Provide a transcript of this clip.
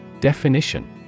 Definition